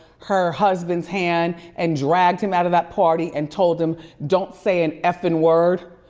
her husbands hand and dragged him out of that party and told him, don't say an effing word,